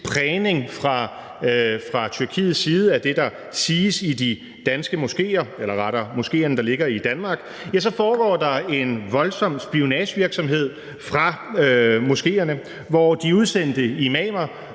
prægning fra Tyrkiets side af det, der siges i de danske moskéer – eller rettere moskéerne, der ligger i Danmark – så foregår der en voldsom spionagevirksomhed fra moskéernes side, hvor de udsendte imamer